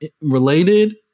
related